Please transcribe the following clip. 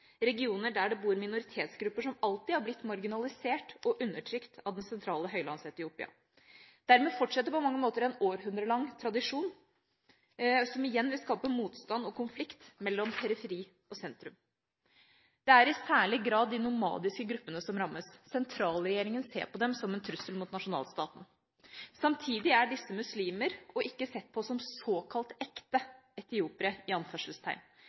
regioner der det bor minoritetsgrupper som alltid har blitt marginalisert og undertrykt av det sentrale Høylands-Etiopia. Dermed fortsetter på mange måter en århundrelang tradisjon, som igjen vil skape motstand og konflikt mellom periferi og sentrum. Det er i særlig grad de nomadiske gruppene som rammes; sentralregjeringa ser på dem som en trussel mot nasjonalstaten. Samtidig er disse muslimer og ikke sett på som såkalt ekte etiopiere. Vestlige donorer har et særlig ansvar for å sette i